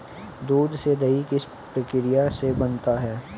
दूध से दही किस प्रक्रिया से बनता है?